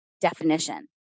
definition